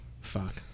Fuck